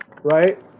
right